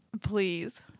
please